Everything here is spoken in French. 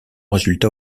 résultat